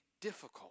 difficult